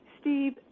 Steve